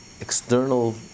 External